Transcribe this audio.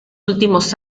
últimos